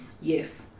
yes